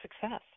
success